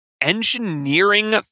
engineering